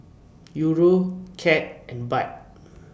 Euro Cad and Baht